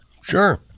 sure